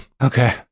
Okay